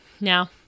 Now